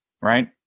Right